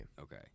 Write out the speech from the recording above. Okay